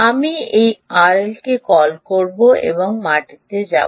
আমি এই আরএলকে কল করব এবং মাটিতে যাব